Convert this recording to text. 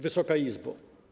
Wysoka Izbo!